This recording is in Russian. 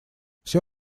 все